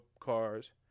cars